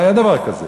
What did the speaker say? לא היה דבר כזה.